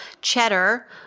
Cheddar